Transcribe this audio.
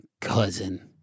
cousin